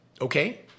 Okay